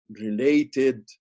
related